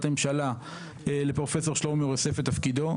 הממשלה לפרופ' שלמה מור יוסף את תפקידו,